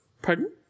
Pardon